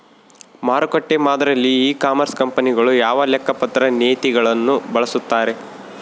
ಮಾರುಕಟ್ಟೆ ಮಾದರಿಯಲ್ಲಿ e commerce ಕಂಪನಿಗಳು ಯಾವ ಲೆಕ್ಕಪತ್ರ ನೇತಿಗಳನ್ನು ಬಳಸುತ್ತಾರೆ?